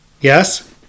Yes